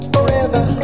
Forever